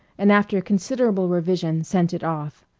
and after considerable revision sent it off.